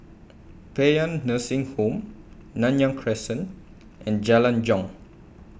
Paean Nursing Home Nanyang Crescent and Jalan Jong